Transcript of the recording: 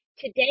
Today